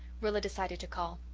rilla decided to call.